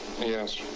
Yes